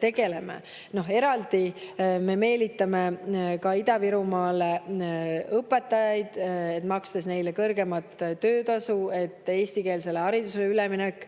tegeleme. Eraldi me meelitame Ida-Virumaale õpetajaid, makstes neile kõrgemat töötasu, et eestikeelsele haridusele üleminek